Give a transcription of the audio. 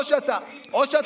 או שאתה מעדיף,